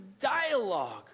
dialogue